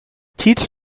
تیتر